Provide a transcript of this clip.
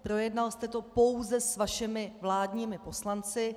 Projednal jste to pouze s vašimi vládními poslanci.